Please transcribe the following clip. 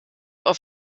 auf